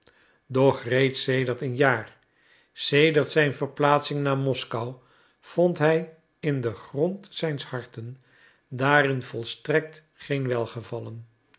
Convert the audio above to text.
doch reeds sedert een jaar sedert zijn verplaatsing naar moskou vond hij in den grond zijns harten daarin volstrekt geen welgevallen